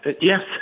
yes